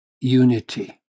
unity